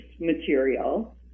material